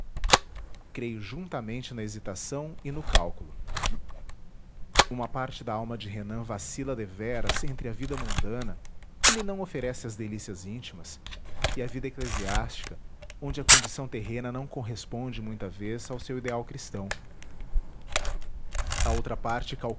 creio juntamente na hesitação e no cálculo uma parte da alma de renan vacila deveras entre a vida mundana que lhe não oferece as delícias íntimas e a vida eclesiástica onde a condição terrena não corresponde muita vez ao seu ideal cristão a outra parte